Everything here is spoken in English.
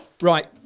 Right